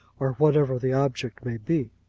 or whatever the object may be.